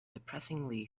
depressingly